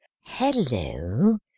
Hello